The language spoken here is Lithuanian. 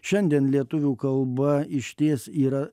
šiandien lietuvių kalba išties yra